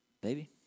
baby